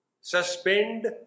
suspend